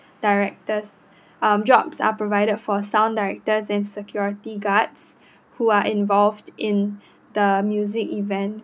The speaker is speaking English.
directors um jobs are provided for sound directors and security guards who are involved in the music event